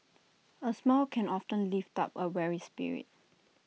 A smile can often lift up A weary spirit